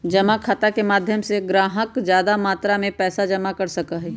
जमा खाता के माध्यम से ग्राहक ज्यादा मात्रा में पैसा जमा कर सका हई